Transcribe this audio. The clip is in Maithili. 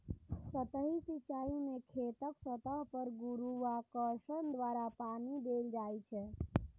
सतही सिंचाइ मे खेतक सतह पर गुरुत्वाकर्षण द्वारा पानि देल जाइ छै